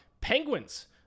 Penguins